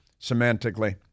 semantically